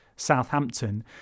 Southampton